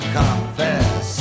confess